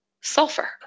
sulfur